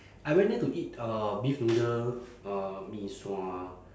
I went there to eat uh beef noodle uh mee sua